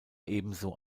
ebenso